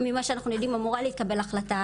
ממה שאנחנו יודעים אמורה להתקבל החלטת